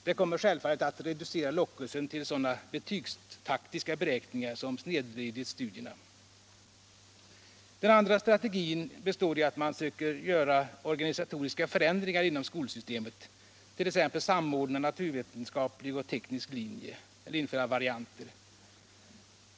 Det kommer självfallet att reducera lockelsen till de betygstaktiska beräkningar som snedvrider studierna. Den andra strategin består i att man söker göra organisatoriska förändringar inom skolsystemet, t.ex. samordna naturvetenskaplig och teknisk linje eller införa varianter.